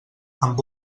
amb